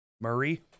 Murray